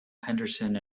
henderson